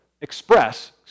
express